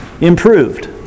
improved